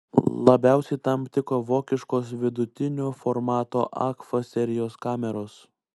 labiausiai tam tiko vokiškos vidutinio formato agfa serijos kameros